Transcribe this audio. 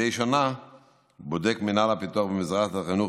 מדי שנה בודק מינהל הפיתוח במשרד החינוך